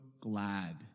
glad